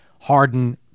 Harden